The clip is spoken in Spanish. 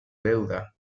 deuda